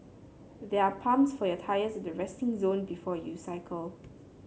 there are pumps for your tyres at the resting zone before you cycle